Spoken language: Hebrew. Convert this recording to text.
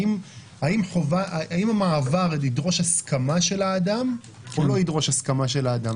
האם המעבר ידרוש הסכמה של האדם או לא ידרוש הסכמה של האדם?